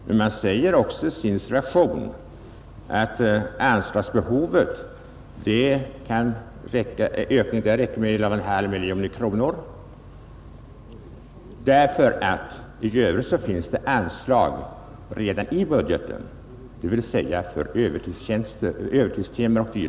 Men reservanterna säger också att det kan räcka med en ökning med 11,5 miljoner kronor, därför att det i budgeten redan finns anslag för övertidstjänstgöring som skulle tas i anspråk för resterande täckning.